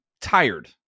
tired